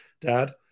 dad